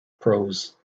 prose